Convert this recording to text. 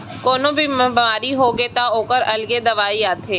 कोनो भी बेमारी होगे त ओखर अलगे दवई आथे